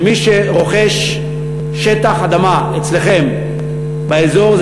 שמי שרוכש שטח אדמה אצלכם באזור,